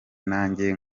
nanjye